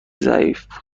ضعیف